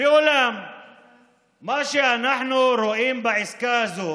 ואולם מה שאנחנו רואים בעסקה הזו